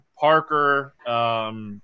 Parker –